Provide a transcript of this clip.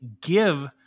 give